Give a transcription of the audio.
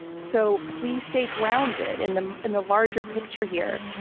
so please stay grounded in the and the larger picture here.